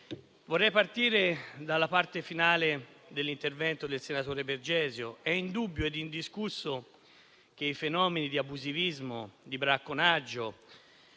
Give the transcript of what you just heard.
Vorrei iniziare dalla parte finale dell'intervento del senatore Bergesio. È indubbio e indiscusso che i fenomeni di abusivismo e di bracconaggio